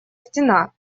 стена